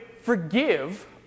forgive